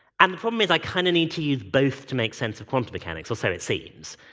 and the problem is i kind of need to use both to make sense of quantum mechanics, or so it seems.